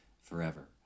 forever